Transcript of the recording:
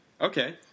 Okay